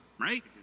right